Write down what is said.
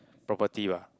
property lah